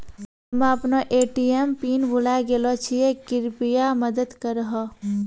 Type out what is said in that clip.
हम्मे अपनो ATM pin भुलाय गेलो छियै, कृपया मदत करहो